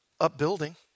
upbuilding